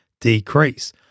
decrease